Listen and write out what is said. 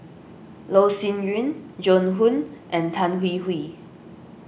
Loh Sin Yun Joan Hon and Tan Hwee Hwee